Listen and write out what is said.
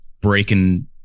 breaking